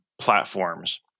platforms